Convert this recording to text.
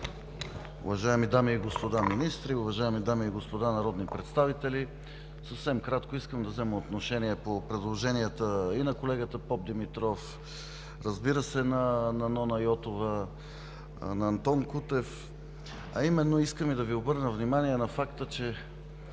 уважаеми дами и господа министри, уважаеми дами и господа народни представители! Съвсем накратко искам да взема отношение по предложенията – и на колегата Попдимитров, разбира се, на Нона Йотова, на Антон Кутев. Искам и да Ви обърна внимание на факта, че